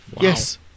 Yes